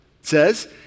says